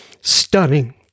stunning